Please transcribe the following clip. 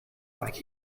like